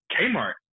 Kmart